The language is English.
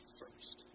first